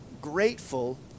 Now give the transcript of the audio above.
grateful